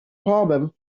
problem